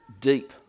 deep